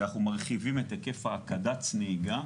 שאנחנו מרחיבים את היקף הקד"צ נהיגה.